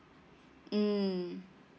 mm